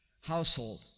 household